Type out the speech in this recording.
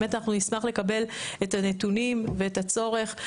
באמת אנחנו נשמח לקבל את הנתונים ואת הצורך.